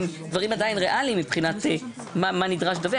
אם דברים עדיין ריאליים מבחינת מה נדרש לדווח.